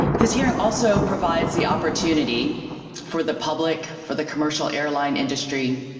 this hearing also provides the opportunity for the public, for the commercial airline industry,